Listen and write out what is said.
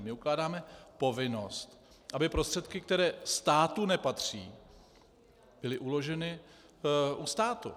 My ukládáme povinnost, aby prostředky, které státu nepatří, byly uloženy u státu.